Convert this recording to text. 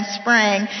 spring